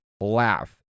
laugh